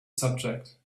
subject